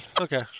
Okay